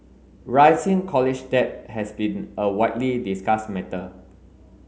rising college debt has been a widely discussed matter